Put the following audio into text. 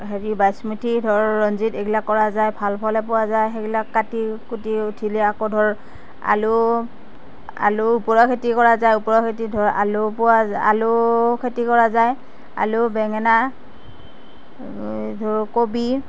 হেৰি বাচমতি ধৰ ৰঞ্জিত এইবিলাক কৰা যায় ভাল ফলে পোৱা যায় সেইবিলাক কাটি কুটি উঠিলে আকৌ ধৰ আলু আলু পূৰা খেতি কৰা যায় ওপৰত আলু পোৱা যায় আলু খেতি কৰা যায় আলু বেঙেনা ধৰ কবি